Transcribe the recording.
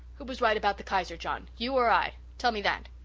who was right about the kaiser, john? you or i? tell me that.